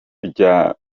rya